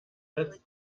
als